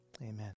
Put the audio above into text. amen